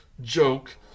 joke